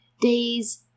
days